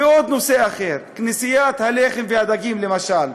ונושא אחר, כנסיית הלחם והדגים, למשל.